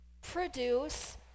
produce